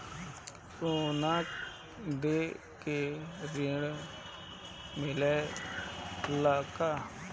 सोना देके ऋण मिलेला का?